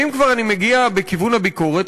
ואם כבר אני מגיע בכיוון הביקורת,